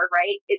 right